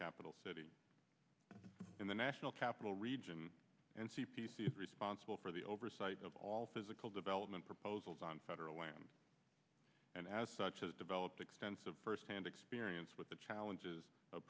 capital city in the national capital region and c p c is responsible for the oversight of all physical development proposals on federal land and as such has developed extensive first hand experience with the challenges